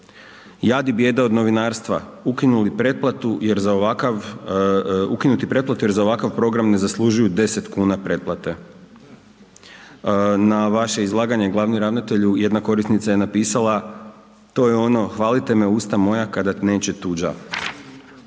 Jad i bijeda od novinarstva, ukinuti pretplatu jer za ovakav program ne zaslužuju 10 kuna pretplate. Na vaše izlaganje glavni ravnatelju jedna korisnica je napisala, to je ono hvalite me usta moja kada neće tuđa.